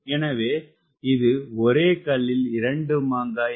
எனவே இது ஒரே கல்லில் இரண்டு மாங்காய்